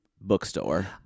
bookstore